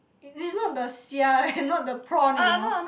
it's not the xia leh not the prawn you know